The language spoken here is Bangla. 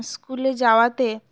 স্কুলে যাওয়াতে